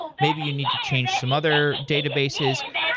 maybe you need to change some other databases.